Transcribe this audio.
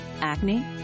acne